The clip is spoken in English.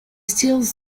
steals